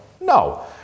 No